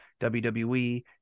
WWE